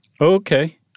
Okay